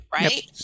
Right